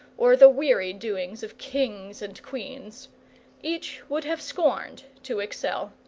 or the weary doings of kings and queens each would have scorned to excel.